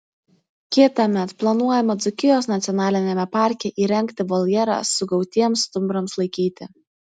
kitąmet planuojama dzūkijos nacionaliniame parke įrengti voljerą sugautiems stumbrams laikyti